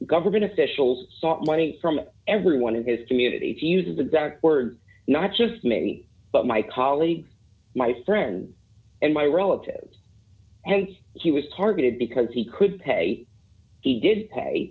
government officials sought money from everyone in his community to use the exact words not just me but my colleagues my friends and my relatives and he was targeted because he could pay he did pay